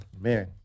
Man